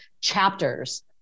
chapters